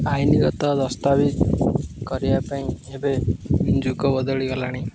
ଆଇନଗତ ଦସ୍ତାବିଜ କରିବା ପାଇଁ ଏବେ ଯୁଗ ବଦଳିଗଲାଣି